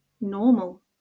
normal